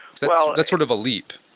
so that sort of a leap?